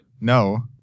No